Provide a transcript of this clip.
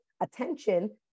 attention